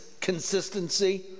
consistency